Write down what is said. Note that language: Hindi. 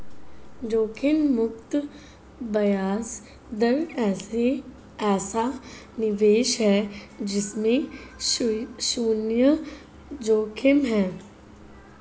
जोखिम मुक्त ब्याज दर ऐसा निवेश है जिसमें शुन्य जोखिम है